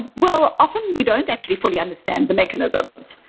well, often we don't actually fully understand the mechanisms.